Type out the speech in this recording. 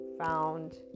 found